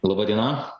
laba diena